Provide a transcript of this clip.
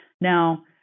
Now